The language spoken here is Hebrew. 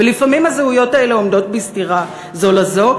ולפעמים הזהויות האלה עומדות בסתירה זו לזו.